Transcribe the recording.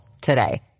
today